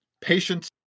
patience